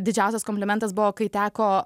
didžiausias komplimentas buvo kai teko